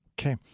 okay